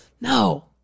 No